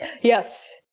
Yes